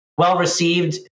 well-received